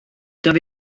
doedd